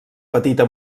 petita